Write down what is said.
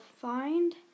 find